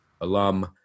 alum